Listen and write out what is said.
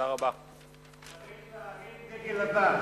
צריך להרים דגל לבן.